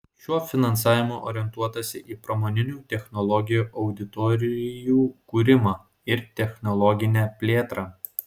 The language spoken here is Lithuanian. šiuo finansavimu orientuotasi į pramoninių technologijų auditorijų kūrimą ir technologinę plėtrą